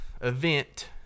event